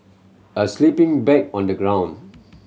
a sleeping bag on the ground